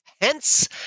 Hence